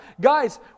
Guys